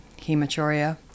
hematuria